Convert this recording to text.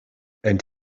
and